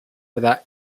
without